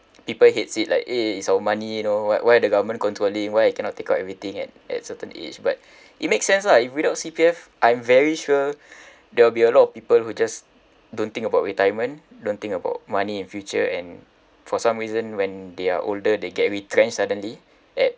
people hates it like eh it's our money you know why why the government controlling why I cannot take out everything at at certain age but it makes sense lah if without C_P_F I'm very sure there will be a lot of people who just don't think about retirement don't think about money in future and for some reason when they are older they get retrenched suddenly at